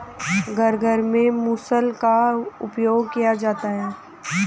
घर घर में मुसल का प्रयोग किया जाता है